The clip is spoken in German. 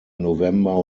november